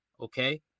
okay